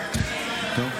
אפשר